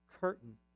curtain